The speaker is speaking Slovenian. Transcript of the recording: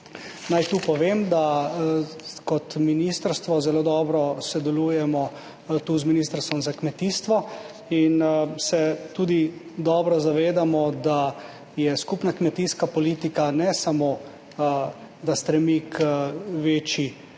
Naj tu povem, da kot ministrstvo zelo dobro sodelujemo z Ministrstvom za kmetijstvo in se tudi dobro zavedamo, da skupna kmetijska politika ne samo stremi k večji